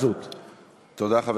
לך לעזה לנגב חומוס אם אתה כזה גיבור גדול.